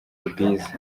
rwiza